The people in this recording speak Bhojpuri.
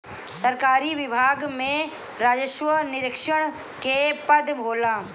सरकारी विभाग में राजस्व निरीक्षक के पद होला